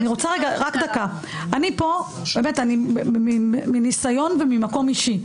אני פה, באמת, מניסיון וממקום אישי.